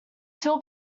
two